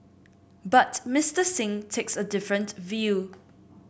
but Mister Singh takes a different view